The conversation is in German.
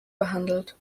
behandelt